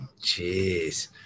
Jeez